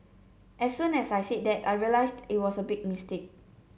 as soon as I said that I realised it was a big mistake